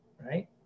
right